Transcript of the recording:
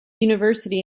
university